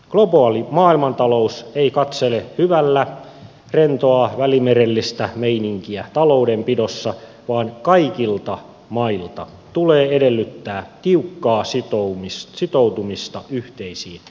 globaali maailmantalous ei katsele hyvällä rentoa välimerellistä meininkiä talouden pidossa vaan kaikilta mailta tulee edellyttää tiukkaa sitoutumista yhteisiin sääntöihin